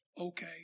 okay